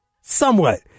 somewhat